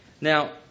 Now